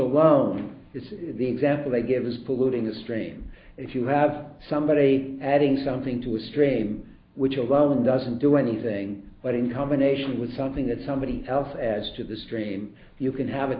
alone is the example they give is polluting the stream if you have somebody adding something to a stream which alone doesn't do anything but in combination with something that somebody else adds to the stream you can have a